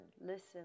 listen